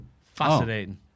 Fascinating